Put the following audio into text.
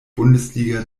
bundesliga